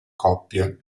coppie